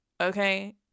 Okay